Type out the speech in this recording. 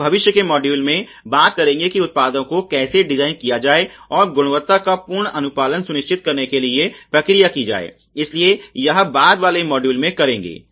हम भविष्य के मॉड्यूल में बात करेंगे कि उत्पादों को कैसे डिज़ाइन किया जाए और गुणवत्ता का पूर्ण अनुपालन सुनिश्चित करने के लिए प्रक्रिया की जाए इसलिए यह बाद वाले मॉड्यूल में करेंगे